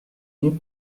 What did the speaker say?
you